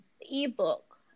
ebook